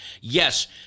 Yes